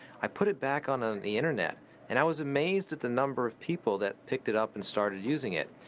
i put it back on ah the internet and i was amazed at the number of people that picked it up and started using it.